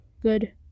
good